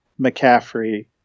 McCaffrey